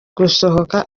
gusohoka